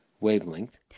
wavelength